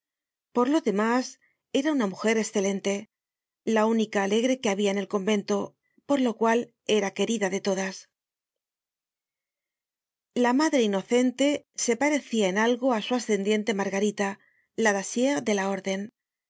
por lo demás era una mujer escelente la única alegre que habia en el convento por lo cual era querida de todas la madre inocente se parecia en algo á su ascendiente margarita la dacier de la orden era